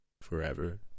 forever